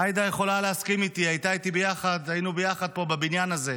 עאידה יכולה להסכים איתי, היינו ביחד בבניין הזה.